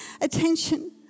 attention